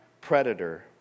predator